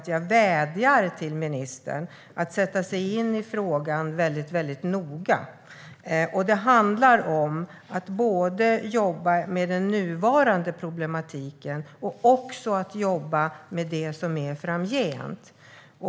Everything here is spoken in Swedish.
Jag vädjar till ministern att sätta sig in i frågan väldigt noga. Det handlar om att jobba både med den nuvarande problematiken och med det som är framgent.